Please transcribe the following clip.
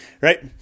right